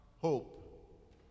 hope